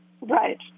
Right